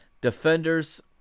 defenders